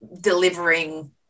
delivering